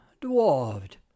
dwarfed